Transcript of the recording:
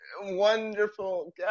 wonderful